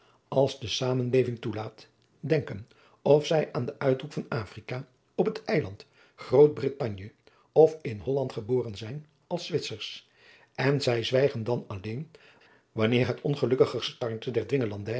als de zamenleving toelaat denken of zij aan den uithoek van afrika op het eiland grootbrittanje of in holland geboren zijn als zwitsers en zij zwijgen dan alleen wanneer het ongelukkig